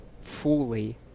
fully